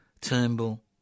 Turnbull